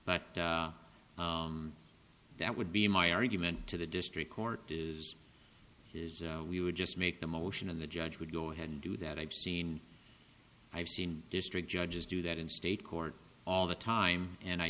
but that would be my argument to the district court is we would just make the motion of the judge would go ahead and do that i've seen i've seen district judges do that in state court all the time and i